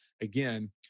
again